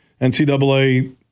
NCAA